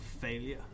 failure